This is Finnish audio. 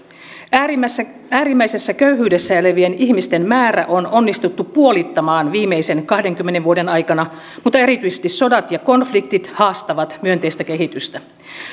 äärimmäisessä äärimmäisessä köyhyydessä elävien ihmisten määrä on onnistuttu puolittamaan viimeisten kahdenkymmenen vuoden aikana mutta erityisesti sodat ja konfliktit haastavat myönteistä kehitystä